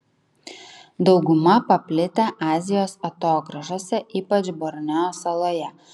dauguma paplitę azijos atogrąžose ypač borneo saloje